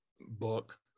book